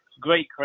great